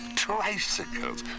tricycles